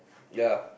ya